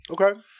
okay